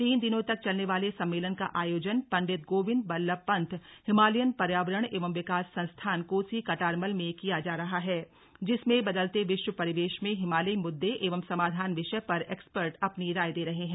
तीन दिनों तक चलने वाले सम्मेलन का आयोजन पंडित गोविन्द बल्लभ पंत हिमालयन पर्यावरण एवं विकास संस्थान कोसी कटारमल में किया जा रहा है जिसमें बदलते विश्व परिवेश में हिमालयी मुद्दे एवं समाधान विषय पर एक्सपर्ट अपनी राय दे रहे हैं